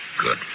Good